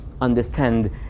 understand